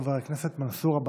חבר הכנסת מנסור עבאס,